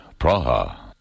Praha